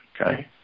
Okay